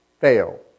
fail